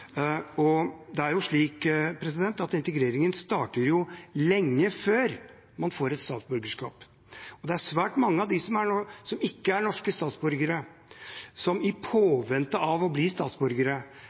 integreringen starter lenge før man får et statsborgerskap. Det er svært mange av dem som ikke er norske statsborgere, som i påvente av å bli statsborgere er i